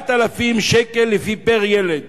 9,000 שקל פר-ילד,